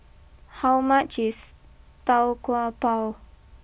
how much is Tau Kwa Pau